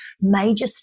major